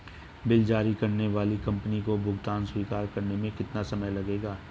Bill जारी करने वाली कंपनी को भुगतान स्वीकार करने में कितना समय लगेगा?